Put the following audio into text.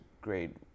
great